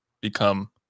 become